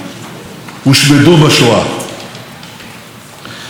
מתוך 100 בתי הכנסת שהיו בווילנה,